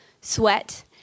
sweat